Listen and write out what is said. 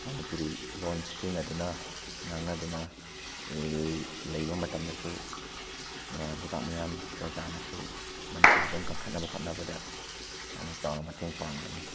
ꯃꯅꯤꯄꯨꯔꯤ ꯂꯣꯟ ꯁꯤꯖꯤꯟꯅꯗꯨꯅ ꯉꯥꯡꯅꯗꯨꯅ ꯂꯩꯕ ꯃꯇꯝꯗꯁꯨ ꯂꯩꯕꯥꯛ ꯃꯤꯌꯥꯝ ꯄ꯭ꯔꯖꯥꯅꯁꯨ ꯃꯅꯤꯄꯨꯔꯤ ꯂꯣꯟ ꯀꯪꯈꯠꯅꯕ ꯍꯣꯠꯅꯕꯗ ꯌꯥꯝꯅ ꯆꯥꯎꯅ ꯃꯇꯦꯡ ꯄꯥꯡꯒꯅꯤ